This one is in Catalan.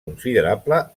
considerable